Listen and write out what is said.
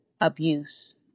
abuse